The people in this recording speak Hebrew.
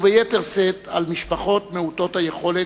וביתר שאת על המשפחות מעוטות היכולת,